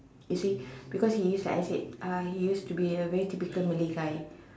you see because he is like I said uh he used to be like a very typical Malay guy